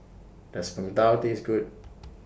Does Png Tao Taste Good